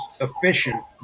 efficient